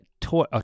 toy